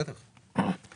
אני